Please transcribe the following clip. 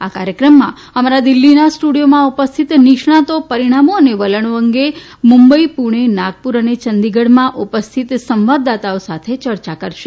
આ કાર્યક્રમમાં અમારા દિલ્ફીના સ્ટુડીઓમાં ઉપસ્થિત નિષ્ણાંતો પરીણામો અને વલણો અંગે મુંબઇ પુણે નાગપુર અને ચંડીગઢમાં ઉપસ્થિત સંવાદદાતાઓ સાથે યર્ચા કરશે